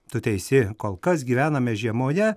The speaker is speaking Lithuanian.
tu teisi kol kas gyvename žiemoje